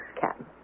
Captain